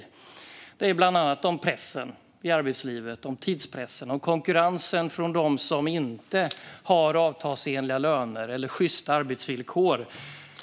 Bland annat handlar det om pressen i arbetslivet - om tidspressen och konkurrensen från dem som inte har avtalsenliga löner eller sjysta arbetsvillkor.